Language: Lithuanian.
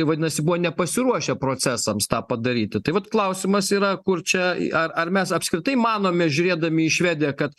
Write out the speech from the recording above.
vadinasi buvo nepasiruošę procesams tą padaryti tai vat klausimas yra kur čia ar ar mes apskritai manome žiūrėdami į švediją kad